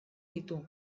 ditu